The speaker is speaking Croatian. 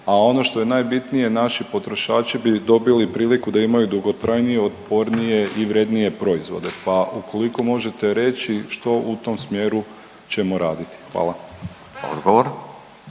a ono što je najbitnije naši potrošači bi dobili priliku da imaju dugotrajnije, otpornije i vrijednije proizvode, pa ukoliko možete reći što u tom smjeru ćemo raditi? Hvala.